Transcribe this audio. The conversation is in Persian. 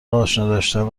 آشناداشتن